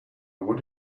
want